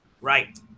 right